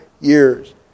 years